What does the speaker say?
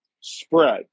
spread